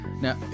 Now